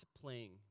playing